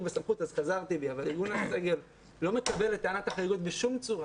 בסמכות וחזרתי בי לא מקבל את טענת החריגות בשום צורה